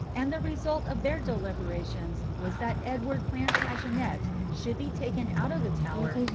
and the result of their deliberations was that edward plantagenet should be taken out of the tower,